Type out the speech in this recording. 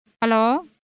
Hello